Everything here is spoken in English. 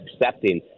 accepting